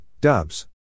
Dubs